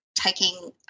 taking